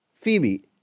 Phoebe